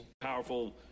Powerful